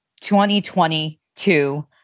2022